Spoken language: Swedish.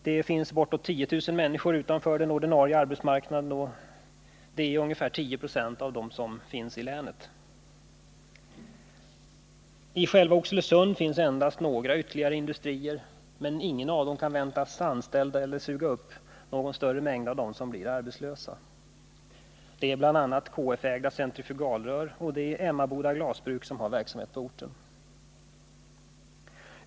Det finns bortåt 10000 människor utanför den ordinarie arbetsmarknaden; det är ungefär 10 96 av de förvärvsarbetande som finns i länet. I själva Oxelösund finns endast några ytterligare industrier, men ingen av dem kan väntas anställa eller suga upp någon större mängd av dem som blir arbetslösa. Det är bl.a. KF-ägda Centrifugalrör och Emmaboda glasbruk som har verksamhet på orten.